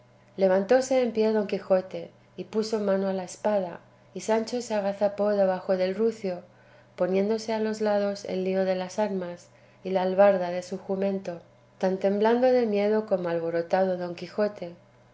estendía levantóse en pie don quijote y puso mano a la espada y sancho se agazapó debajo del rucio poniéndose a los lados el lío de las armas y la albarda de su jumento tan temblando de miedo como alborotado don quijote